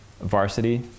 Varsity